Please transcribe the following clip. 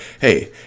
hey